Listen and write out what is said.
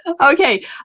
Okay